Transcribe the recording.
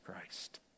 Christ